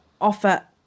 offer